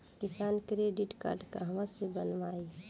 किसान credit card कहवा से बनवाई?